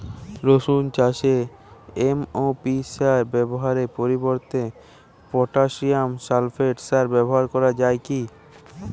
রসুন চাষে এম.ও.পি সার ব্যবহারের পরিবর্তে পটাসিয়াম সালফেট সার ব্যাবহার করা যায় কি?